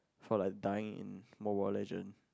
for like dying in Mobile-Legend